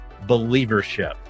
Believership